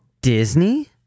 Disney